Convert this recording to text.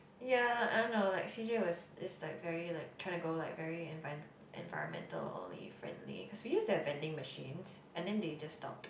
ya I don't know like C_J is like very like try to go like very environmentally friendly because we used to have vending machines and then they just stopped